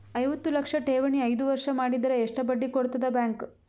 ಐವತ್ತು ಲಕ್ಷ ಠೇವಣಿ ಐದು ವರ್ಷ ಮಾಡಿದರ ಎಷ್ಟ ಬಡ್ಡಿ ಕೊಡತದ ಬ್ಯಾಂಕ್?